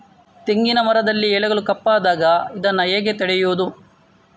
ತೆಂಗಿನ ಮರದಲ್ಲಿ ಎಲೆಗಳು ಕಪ್ಪಾದಾಗ ಇದನ್ನು ಹೇಗೆ ತಡೆಯುವುದು?